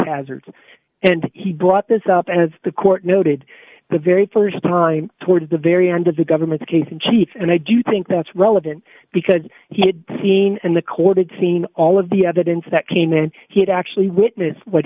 hazards and he brought this up as the court noted the very st time toward the very end of the government's case in chief and i do think that's all of it because he had seen and the court had seen all of the evidence that came in he'd actually witness what